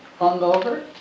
hungover